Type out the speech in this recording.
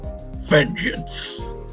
Vengeance